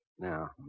Now